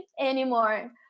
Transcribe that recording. anymore